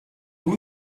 who